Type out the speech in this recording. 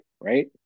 right